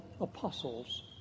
apostles